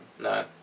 No